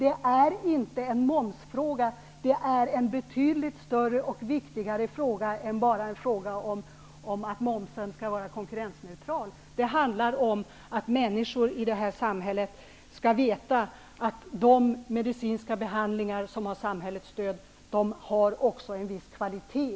Det är inte en momsfråga, utan det är en betydligt större och viktigare fråga än bara att momsen skall vara konkurrensneutral. Det handlar om att människor i detta samhälle skall veta att de medicinska behandlingar som har samhällets stöd också har en viss kvalitet.